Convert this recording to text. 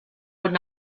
would